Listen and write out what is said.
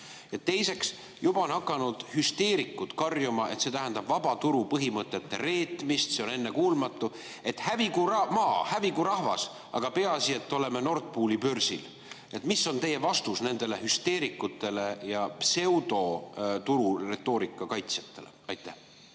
Teiseks, juba on hakanud hüsteerikud karjuma, et see tähendab vabaturu põhimõtete reetmist, see on ennekuulmatu, et hävigu maa, hävigu rahvas, aga peaasi, et oleme Nord Pooli börsil. Mis on teie vastus nendele hüsteerikutele ja pseudotururetoorika kaitsjatele? Aitäh!